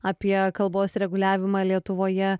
apie kalbos reguliavimą lietuvoje